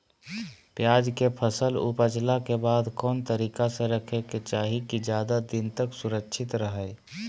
प्याज के फसल ऊपजला के बाद कौन तरीका से रखे के चाही की ज्यादा दिन तक सुरक्षित रहय?